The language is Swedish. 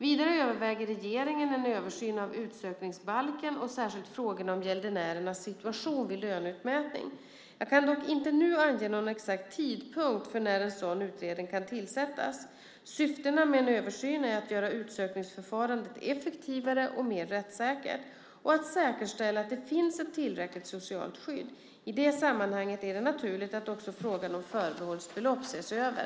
Vidare överväger regeringen en översyn av utsökningsbalken och särskilt frågorna om gäldenärernas situation vid löneutmätning. Jag kan dock inte nu ange någon exakt tidpunkt för när en sådan utredning kan tillsättas. Syftet med en översyn är att göra utsökningsförfarandet effektivare och mera rättssäkert och att säkerställa att det finns ett tillräckligt socialt skydd. I det sammanhanget är det naturligt att också frågan om förbehållsbelopp ses över.